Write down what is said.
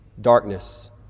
darkness